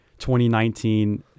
2019